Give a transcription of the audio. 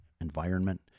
environment